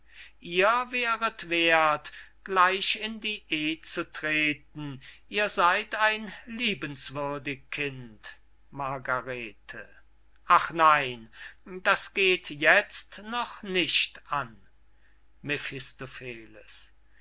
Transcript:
ihr wäret werth gleich in die eh zu treten ihr seyd ein liebenswürdig kind margarete ach nein das geht jetzt noch nicht an